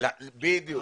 בדיוק.